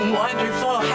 wonderful